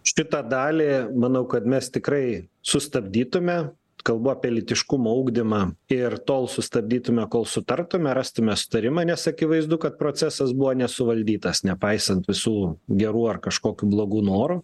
šitą dalį manau kad mes tikrai sustabdytume kalbu apie lytiškumo ugdymą ir tol sustabdytume kol sutartume rastume sutarimą nes akivaizdu kad procesas buvo nesuvaldytas nepaisant visų gerų ar kažkokių blogų norų